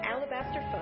Alabaster